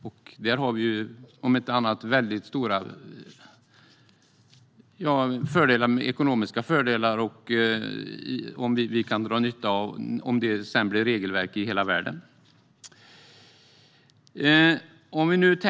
Om inte annat har vi stora ekonomiska fördelar där som vi kan dra nytta av, om det sedan blir regelverk i hela världen.